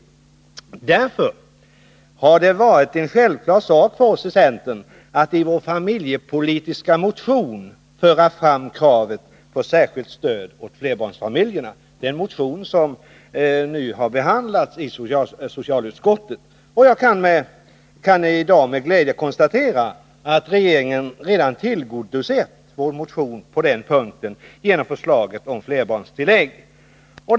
Därför har det varit en självklar sak för oss i centern att i vår Jag kan i dag med glädje konstatera att regeringen redan har tillgodosett vår motion på den punkten genom förslaget om flerbarnstillägg.